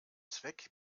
zweck